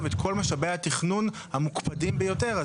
את כל משאבי התכנון המוקפדים ביותר.